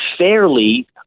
fairly